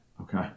Okay